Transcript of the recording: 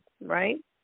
Right